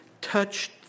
touched